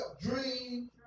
Dream